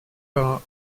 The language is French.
par